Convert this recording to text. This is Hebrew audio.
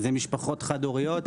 זה משפחות חד-הוריות,